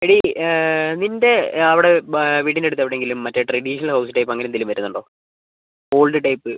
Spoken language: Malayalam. എടീ നിൻറ്റെ അവിടെ വീട്ടിൻറ്റടുത്ത് എവിടേങ്കിലും ട്രഡീഷണൽ ഹൗസ് ടൈപ്പ് അങ്ങനെ എന്തേലും വരുന്നുണ്ടോ ഓൾഡ് ടൈപ്പ്